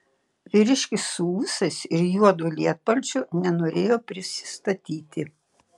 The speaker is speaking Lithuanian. vyriškis su ūsais ir juodu lietpalčiu nenorėjo prisistatyti